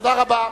תודה רבה.